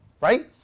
Right